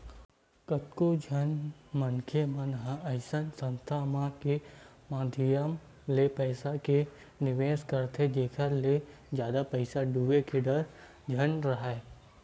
कतको झन मनखे मन अइसन संस्था मन के माधियम ले पइसा के निवेस करथे जेखर ले जादा पइसा डूबे के डर झन राहय